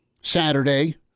Saturday